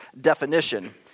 definition